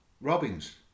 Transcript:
Robbins